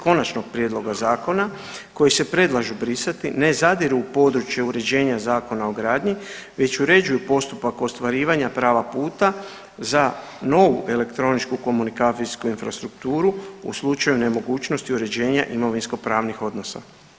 Konačnog prijedloga zakona koji se predlažu brisati ne zadiru u područje uređenja Zakona o gradnji već uređuju postupak ostvarivanja prava puta za novu elektroničku komunikacijsku infrastrukturu u slučaju nemogućnosti uređenja imovinsko-pravnih odnosa.